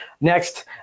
next